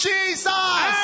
Jesus